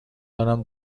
دارم